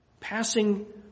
Passing